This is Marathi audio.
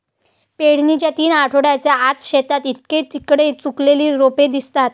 पेरणीच्या तीन आठवड्यांच्या आत, शेतात इकडे तिकडे सुकलेली रोपे दिसतात